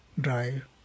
drive